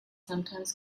sometimes